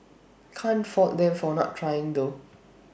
can't fault them for not trying though